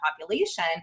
population